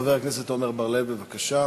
חבר הכנסת עמר בר-לב, בבקשה.